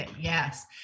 yes